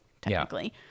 technically